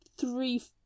Three